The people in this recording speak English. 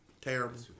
Terrible